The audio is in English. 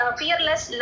fearless